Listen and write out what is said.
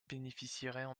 bénéficieraient